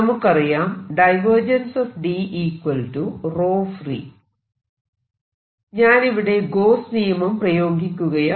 നമുക്കറിയാം ഞാനിവിടെ ഗോസ് നിയമം Gauss's law പ്രയോഗിക്കുകയാണ്